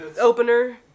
opener